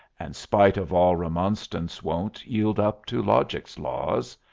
and spite of all remonstrance won't yield up to logic's laws,